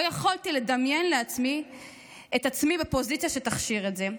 לא יכולתי לדמיין את עצמי בפוזיציה שתכשיר את זה.